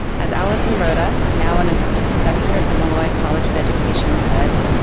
as alison roda, now an assistant professor at the molloy college of education said,